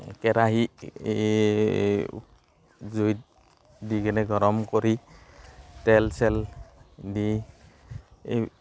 কেৰাহি জুইত দি কিনে গৰম কৰি তেল চেল দি এই